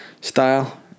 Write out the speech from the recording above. style